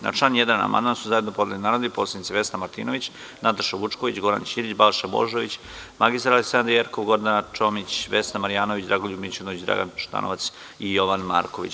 Na član 1. amandman su zajedno podneli narodni poslanici Vesna Martinović, Nataša Vučković, Goran Ćirić, Balša Božović, mr Aleksandra Jerkov, Gordana Čomić, Vesna Marjanović, Dragoljub Mićunović, Dragan Šutanovac i Jovan Marković.